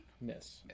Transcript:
Miss